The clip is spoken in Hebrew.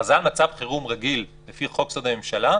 הכרזה על מצב חירום רגיל לפי חוק יסוד: הממשלה,